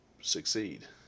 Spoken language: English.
succeed